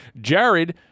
Jared